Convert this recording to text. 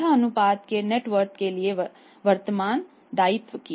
यह अनुपात है नेटवर्थ के लिए वर्तमान दायित्व की